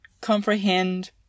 comprehend